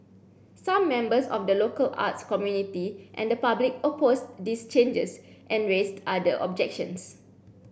some members of the local arts community and the public opposed these changes and raised other objections